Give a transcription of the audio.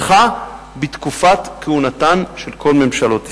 התפתחה בתקופת כהונתן של כל ממשלות ישראל.